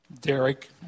Derek